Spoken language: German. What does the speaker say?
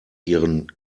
ihren